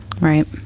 Right